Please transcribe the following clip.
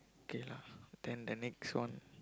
okay lah then the next one